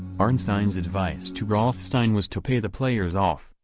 arnstein's advice to rothstein was to pay the players off,